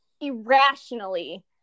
irrationally